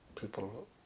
people